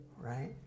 right